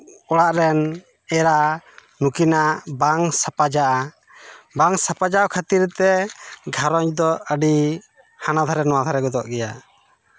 ᱚᱲᱟᱜ ᱨᱮᱱ ᱮᱨᱟ ᱱᱩᱠᱤᱱᱟᱜ ᱵᱟᱝ ᱥᱟᱯᱟᱡᱟᱼᱟ ᱵᱟᱝ ᱥᱟᱯᱟᱡᱟᱣ ᱠᱷᱟᱹᱛᱤᱨ ᱛᱮ ᱜᱷᱟᱨᱚᱧᱡᱽ ᱫᱚ ᱟᱹᱰᱤ ᱦᱟᱱᱟ ᱫᱷᱟᱨᱮ ᱱᱚᱣᱟ ᱫᱷᱟᱨᱮ ᱜᱚᱫᱚᱜ ᱜᱮᱭᱟ